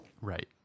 Right